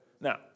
Now